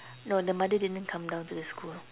no the mother didn't come down to the school